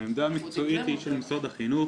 העמדה המקצועית היא של משרד החינוך.